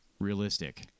realistic